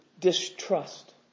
distrust